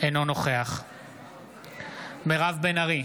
אינו נוכח מירב בן ארי,